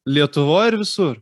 lietuvoj ar visur